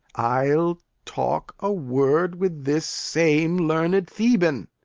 i'll talk a word with this same learned theban.